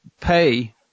pay